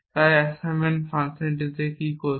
তাই অ্যাসাইনমেন্ট ফাংশনটি কি করছে